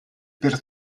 per